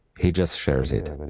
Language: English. he just shares it.